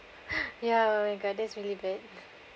ya oh my god that's really bad